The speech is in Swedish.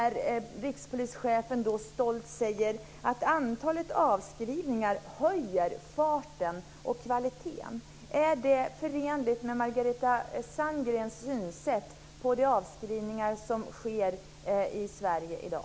Rikspolischefen säger stolt att antalet avskrivningar höjer farten och kvaliteten. Är det förenligt med Margareta Sandgrens synsätt på de avskrivningar som sker i Sverige i dag?